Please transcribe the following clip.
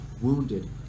wounded